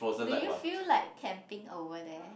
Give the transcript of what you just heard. did you feel like camping over there